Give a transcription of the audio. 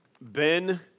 Ben